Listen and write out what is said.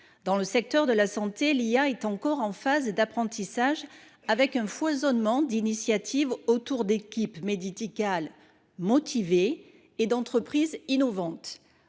Dans le secteur de la santé, l'IA est encore en phase d'apprentissage avec un foisonnement d'initiatives autour d'équipes médicales. motivés et d'entreprises innovantes.